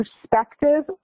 perspective